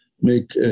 make